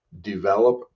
develop